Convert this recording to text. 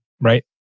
Right